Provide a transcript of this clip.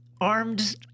armed